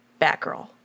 Batgirl